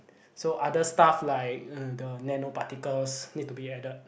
so other stuff like mm the nano particles need to be added